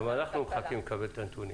גם אנחנו מחכים לקבל את הנתונים.